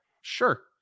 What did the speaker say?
sure